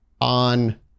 on